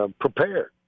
prepared